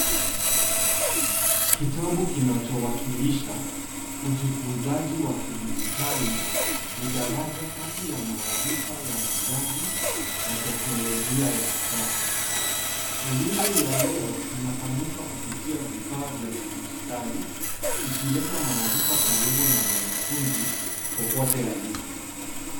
Kitabu kinachowakilisha ujifunzaji wa kidijitali ni daraja kati ya maarifa ya jadi na teknolojia ya kisasa. Elimu ya leo inapanuka kuptia vifaa vya dijitali ikileta maarifa karibu na mwanafunzi popote alipo.